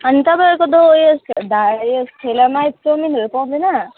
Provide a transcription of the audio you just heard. अनि तपाईँहरूको दो यस ध यस ठेलामा चाउमिनहरू पाउँदैन